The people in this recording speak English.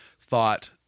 thought